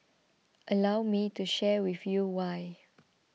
allow me to share with you why